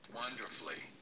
wonderfully